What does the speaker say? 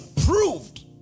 proved